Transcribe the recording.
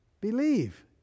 believe